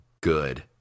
good